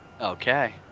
Okay